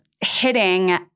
hitting